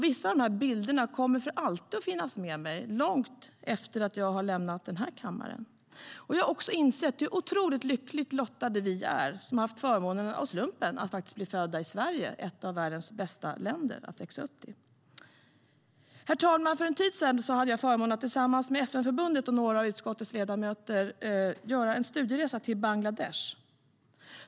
Vissa av bilderna kommer för alltid att finnas med mig, långt efter att jag har lämnat den här kammaren. Jag har också insett hur otroligt lyckligt lottade vi är som haft förmånen att av en slump födas i Sverige, ett av världens bästa länder att växa upp i.Herr talman! För en tid sedan hade jag förmånen att tillsammans med FN-förbundet och några av utskottets ledamöter göra en studieresa till Bangladesh.